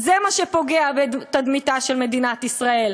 זה מה שפוגע בתדמיתה של מדינת ישראל.